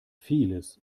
vieles